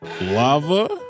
Lava